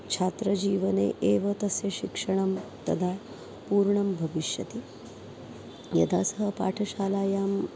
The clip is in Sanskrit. छात्रजीवने एव तस्य शिक्षणं तदा पूर्णं भविष्यति यदा सः पाठशालायां